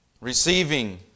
receiving